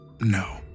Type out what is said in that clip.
No